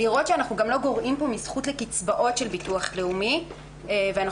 לראות שאנחנו לא גורעים פה מזכות של קצבאות של ביטוח לאומי ושאנחנו